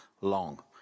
long